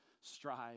strive